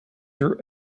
your